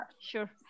sure